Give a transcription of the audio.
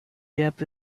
gap